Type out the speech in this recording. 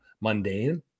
mundane